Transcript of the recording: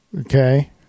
Okay